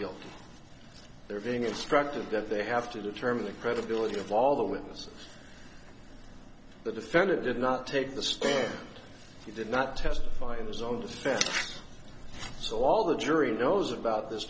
guilty they're being instructed that they have to determine the credibility of all the witnesses the defendant did not take the stand he did not testify in his own defense so all the jury knows about this